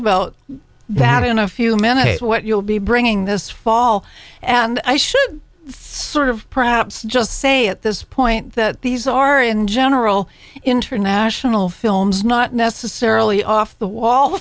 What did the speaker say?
about that in a few minutes what you'll be bringing this fall and i should sort of perhaps just say at this point that these are in general international films not necessarily off the wall